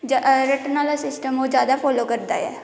रट्टना आह्ला सिस्टम ओह् जैदा फालो करदा ऐ